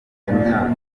myaka